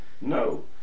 no